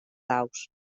daus